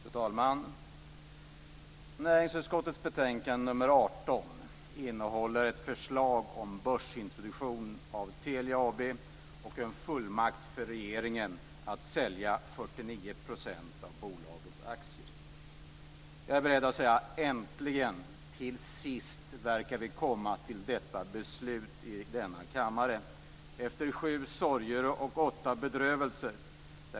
Fru talman! Näringsutskottets betänkande nr 18 AB och en fullmakt för regeringen att sälja 49 % av bolagets aktier. Jag är beredd att säga att vi äntligen - till sist - verkar komma fram till ett sådant beslut i denna kammare, efter sju sorger och åtta bedrövelser.